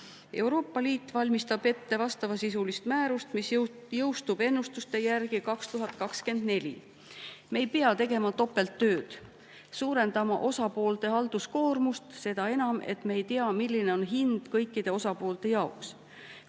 Euroopa Liit valmistab ette vastavasisulist määrust, mis jõustub ennustuste järgi 2024. Me ei pea tegema topelttööd, suurendama osapoolte halduskoormust, seda enam, et me ei tea, milline on hind kõikide osapoolte jaoks.